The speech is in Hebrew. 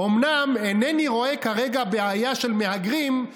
"אומנם אינני רואה כרגע בעיה של מהגרים,